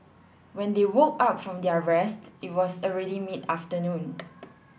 when they woke up from their rest it was already mid afternoon